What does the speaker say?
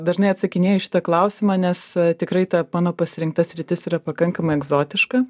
dažnai atsakinėju į šitą klausimą nes tikrai ta mano pasirinkta sritis yra pakankamai egzotiška